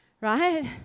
right